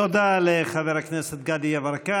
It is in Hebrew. תודה לחבר הכנסת גדי יברק.